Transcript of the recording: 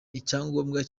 icyangombwa